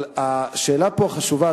השאלה החשובה,